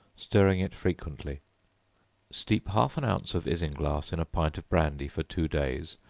stirring it frequently steep half an ounce of isinglass in a pint of brandy for two days,